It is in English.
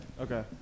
Okay